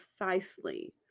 precisely